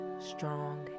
strong